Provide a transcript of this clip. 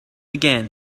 again